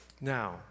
Now